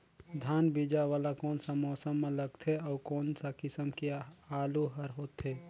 धान बीजा वाला कोन सा मौसम म लगथे अउ कोन सा किसम के आलू हर होथे?